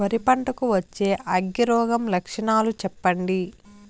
వరి పంట కు వచ్చే అగ్గి రోగం లక్షణాలు చెప్పండి?